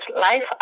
life